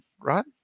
Right